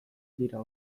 dira